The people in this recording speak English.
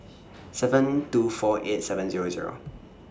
seven two four eight seven Zero Zero